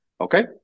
Okay